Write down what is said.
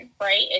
right